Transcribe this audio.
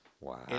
Wow